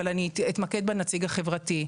אבל אני אתמקד בנציג החברתי.